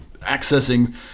accessing